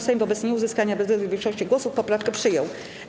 Sejm wobec nieuzyskania bezwzględnej większości głosów poprawkę przyjął.